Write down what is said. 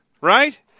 Right